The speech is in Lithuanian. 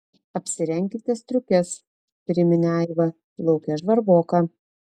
apsirenkite striukes priminė aiva lauke žvarboka